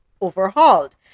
overhauled